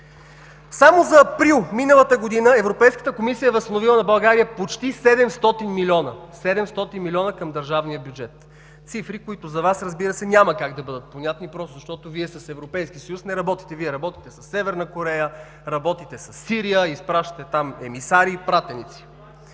Само за април миналата година Европейската комисия е възстановила на България почти 700 милиона към държавния бюджет – цифри, които за Вас няма как да бъдат понятни, защото Вие не работите с Европейския съюз. Вие работите със Северна Корея, работите със Сирия, изпращате там емисари и пратеници.